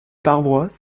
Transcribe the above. parois